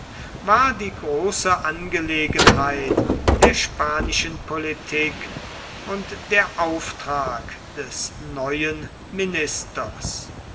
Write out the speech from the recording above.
war die große angelegenheit der spanischen politik und der auftrag des neuen ministers